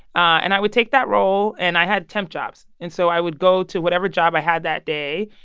and i would take that roll and i had temp jobs and so i would go to whatever job i had that day,